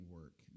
work